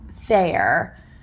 fair